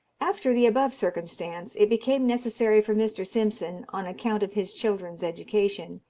after the above circumstance, it became necessary for mr. simpson, on account of his children's education,